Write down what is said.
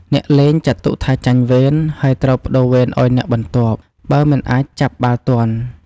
អ្នកលេងចាត់ទុកថាចាញ់វេន ហើយត្រូវប្ដូរវេនឲ្យអ្នកបន្ទាប់ បើមិនអាចចាប់បាល់ទាន់។